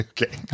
Okay